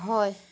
হয়